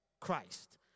Christ